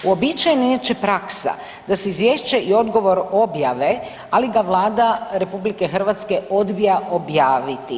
Uobičajena je inače praksa, da se Izvješće i odgovor objave, ali ga Vlada RH odbija objaviti.